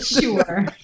Sure